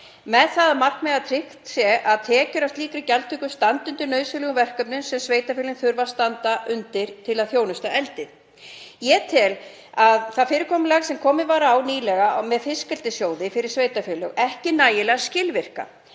með það að markmiði að tryggt sé að tekjur af slíkri gjaldtöku standi undir nauðsynlegum verkefnum sem sveitarfélögin þurfa að standa undir til að þjónusta eldið. Ég tel að það fyrirkomulag sem komið var á nýlega með fiskeldissjóði fyrir sveitarfélög sé ekki nægilega skilvirkt.